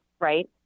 right